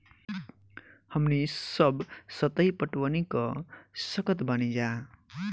हमनी सब सतही पटवनी क सकतऽ बानी जा